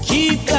Keep